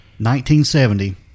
1970